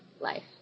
life